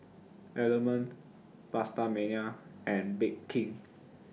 Element PastaMania and Bake King